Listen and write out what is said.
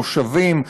מושבים,